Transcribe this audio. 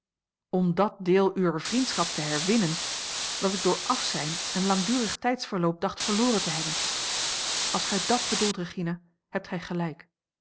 om dat deel uwer vriendschap te herwinnen wat ik door afzijn en langdurig tijdsverloop dacht verloren te hebben als gij dàt bedoelt regina hebt gij gelijk